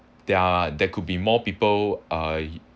there are there could be more people uh